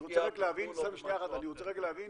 שנייה אחת להבין,